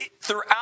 throughout